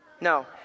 No